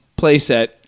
playset